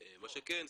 מה שכן,